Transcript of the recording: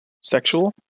sexual